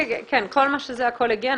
הכול יגיע.